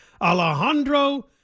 Alejandro